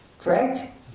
Correct